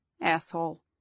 asshole